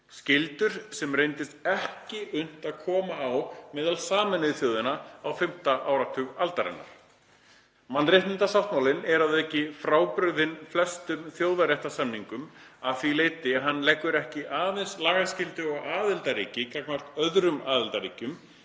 skyldur sem reyndist ekki unnt að koma á meðal Sameinuðu þjóðanna á fimmta áratug aldarinnar. Mannréttindasáttmálinn er að auki frábrugðinn flestum þjóðréttarsamningum að því leyti að hann leggur ekki aðeins lagaskyldu á aðildarríki gagnvart öðrum aðildarríkjum